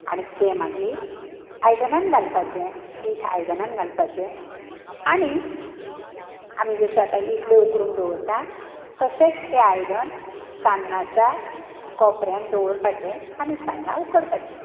आनी तें मागीर आयदनान घालपाचें पीट आयदनान घालपाचें आनी आमी जश्यो आतां इडल्यो उकडून दवरता तशेंच तें आयदन सान्नाच्या कोपऱ्यान दवरपाचें आनी सान्नां उकडपाची